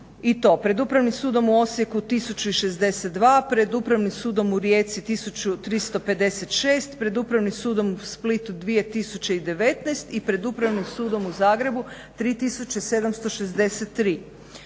i to pred Upravnim sudom u Osijeku 1062, pred Upravnim sudom u Rijeci 1356, pred Upravnim sudom u Splitu 2019 i pred Upravnim sudom u Zagrebu 3763.